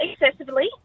excessively